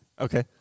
Okay